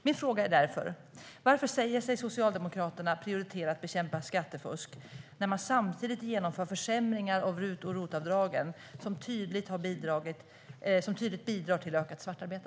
Min fråga är därför: Varför säger sig Socialdemokraterna prioritera att bekämpa skattefusk när man samtidigt genomför försämringar av RUT och ROT-avdragen som tydligt bidrar till ökat svartarbete?